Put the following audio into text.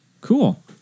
cool